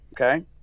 Okay